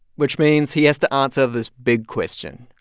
which means he has to answer this big question,